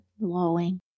blowing